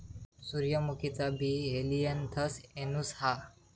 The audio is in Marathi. सूर्यमुखीचा बी हेलियनथस एनुस हा